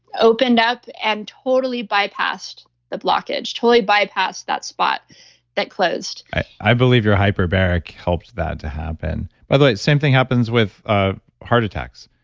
opened up and totally bypassed the blockage. totally bypassed that spot that closed i believe your hyperbaric helped that to happen. by the way, same thing happens with ah heart attacks.